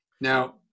Now